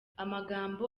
amagambo